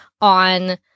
on